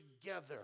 together